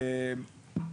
אידיוט.